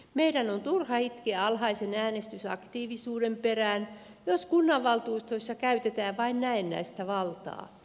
meidän on turha itkeä alhaisen äänestysaktiivisuuden perään jos kunnanvaltuustoissa käytetään vain näennäistä valtaa